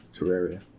Terraria